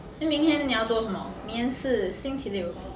then 明天你要做什么明天是星期六